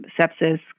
sepsis